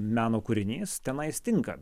meno kūrinys tenai jis tinga